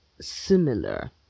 similar